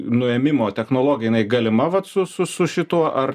nuėmimo technologija jinai galima vat su su su šituo ar